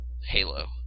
Halo